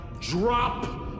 Drop